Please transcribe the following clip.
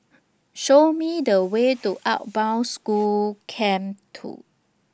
Show Me The Way to Outward Bound School Camp two